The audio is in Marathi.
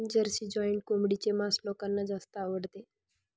जर्सी जॉइंट कोंबडीचे मांस लोकांना जास्त आवडते